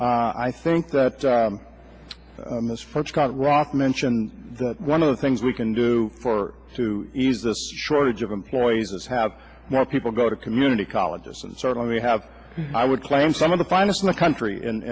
i think that most folks can't rock mentioned that one of the things we can do for to ease this shortage of employees is have more people go to community colleges and certainly have i would claim some of the finest in the country and